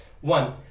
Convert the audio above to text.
one